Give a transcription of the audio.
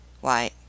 Why